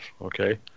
okay